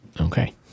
Okay